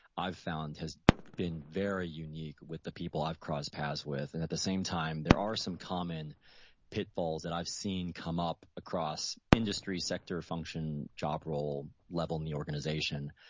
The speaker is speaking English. i've found, has been very unique with the people i've crossed paths with. and at the same time, there are some common pitfalls that i've seen come up across industry sector function, job role level in the organization.